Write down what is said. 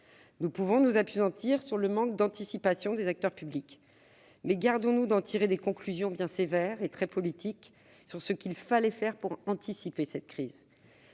Nous pouvons nous appesantir sur le manque d'anticipation des acteurs publics, mais gardons-nous d'en tirer des conclusions bien sévères et très politiques sur ce qu'il fallait faire pour anticiper la crise.